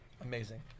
Amazing